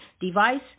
device